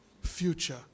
future